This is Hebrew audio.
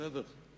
בסדר?